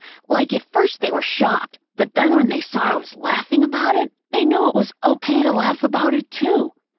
like at first they were shocked, but then when they saw i was laughing about it, they knew it was okay to laugh about it, too.